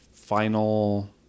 final